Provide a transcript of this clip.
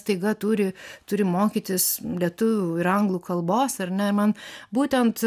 staiga turi turi mokytis lietuvių ir anglų kalbos ar ne ir man būtent